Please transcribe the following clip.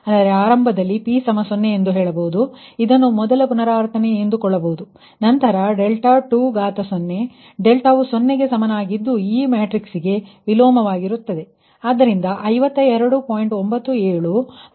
ಅಂದರೆ ಆರಂಭದಲ್ಲಿ p 0 ಎಂದು ಹೇಳಬಹುದು ಇದನ್ನು ಮೊದಲ ಪುನರಾವರ್ತನೆ ಎಂದುಕೊಳ್ಳಬಹುದು ನಂತರ ∆20 ಡೆಲ್ಟಾವು 0 ಗೆ ಸಮವಾಗಿದ್ದು ಈ ಮ್ಯಾಟ್ರಿಕ್ಸ್ಗೆ ವಿಲೋಮವಾಗಿರುತ್ತದೆ